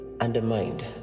undermined